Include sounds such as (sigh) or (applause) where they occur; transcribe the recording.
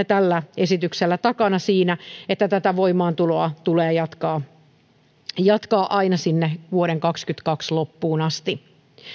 (unintelligible) tällä esityksellä takana sille että tätä voimassaoloa tulee jatkaa jatkaa aina sinne vuoden kaksikymmentäkaksi loppuun asti